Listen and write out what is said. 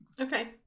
Okay